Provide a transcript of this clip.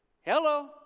Hello